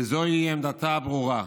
וזוהי עמדתה הברורה.